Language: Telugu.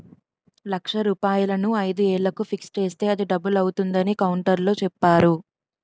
లక్ష రూపాయలను ఐదు ఏళ్లకు ఫిక్స్ చేస్తే అది డబుల్ అవుతుందని కౌంటర్లో చెప్పేరు